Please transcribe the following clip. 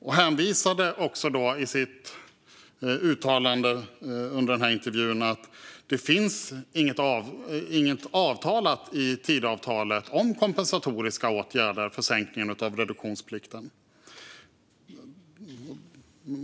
Han hänvisade i sitt uttalande under intervjun till att det inte finns någonting i Tidöavtalet om kompensatoriska åtgärder för sänkningen av reduktionsplikten.